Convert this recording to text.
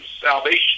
salvation